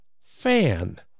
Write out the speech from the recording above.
fan